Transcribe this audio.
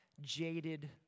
jaded